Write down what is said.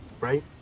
right